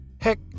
Heck